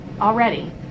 already